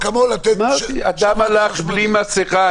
אמרתי, אדם הלך בלי מסכה.